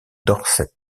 dorset